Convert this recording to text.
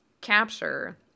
capture